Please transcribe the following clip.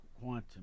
quantum